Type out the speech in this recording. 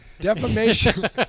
Defamation